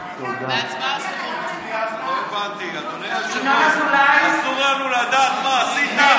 נגד יולי יואל אדלשטיין,